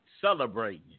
celebrating